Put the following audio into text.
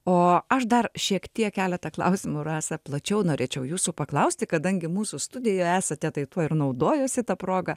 o aš dar šiek tiek keletą klausimų rasa plačiau norėčiau jūsų paklausti kadangi mūsų studijoje esate tai tuo ir naudojuosi ta proga